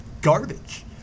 garbage